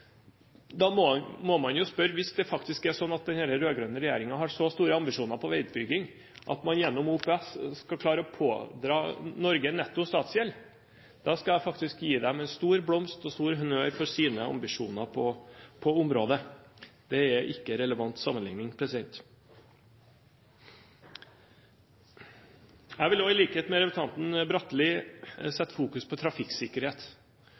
Hvis det faktisk er slik at denne rød-grønne regjeringen har så store ambisjoner på veiutbygging at man gjennom OPS skal klare å pådra Norge netto statsgjeld, da skal jeg faktisk gi dem en stor blomst og stor honnør for sine ambisjoner på området. – Dette er ikke en relevant sammenligning. Jeg vil også, i likhet med representanten Bratli, sette fokus på trafikksikkerhet.